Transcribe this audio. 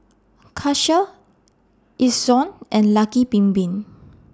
Karcher Ezion and Lucky Bin Bin